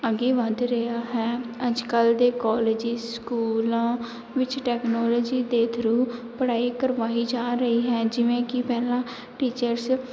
ਅੱਗੇ ਵੱਧ ਰਿਹਾ ਹੈ ਅੱਜ ਕੱਲ੍ਹ ਦੇ ਕੋਲਜਿਸ ਸਕੂਲਾਂ ਵਿੱਚ ਟੈਕਨੋਲੋਜੀ ਦੇ ਥਰੂ ਪੜ੍ਹਾਈ ਕਰਵਾਈ ਜਾ ਰਹੀ ਹੈ ਜਿਵੇਂ ਕਿ ਪਹਿਲਾਂ ਟੀਚਰਸ